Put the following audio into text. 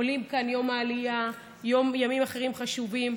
עולים כאן יום העלייה וימים אחרים חשובים,